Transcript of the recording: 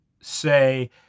say